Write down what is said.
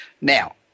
Now